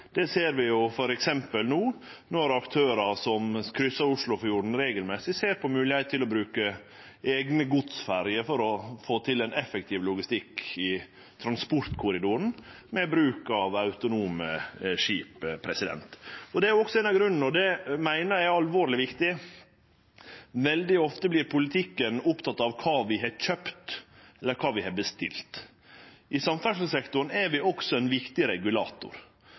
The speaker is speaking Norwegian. Det ser vi f.eks. no, når aktørar som kryssar Oslofjorden regelmessig, ser på moglegheita for å bruke eigne godsferjer for å få til ein effektiv logistikk i transportkorridoren med bruk av autonome skip. Det er også slik, og det meiner eg er alvorleg viktig, at vi i politikken veldig ofte vert opptekne av kva vi har kjøpt, eller kva vi har bestilt. I samferdslesektoren er vi også ein viktig regulator.